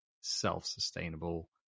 self-sustainable